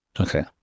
Okay